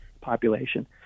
population